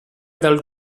dal